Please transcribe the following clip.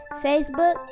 facebook